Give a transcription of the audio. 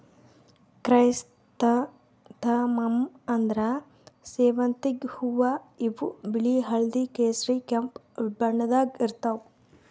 chrysanthemum ಅಂದ್ರ ಸೇವಂತಿಗ್ ಹೂವಾ ಇವ್ ಬಿಳಿ ಹಳ್ದಿ ಕೇಸರಿ ಕೆಂಪ್ ಬಣ್ಣದಾಗ್ ಇರ್ತವ್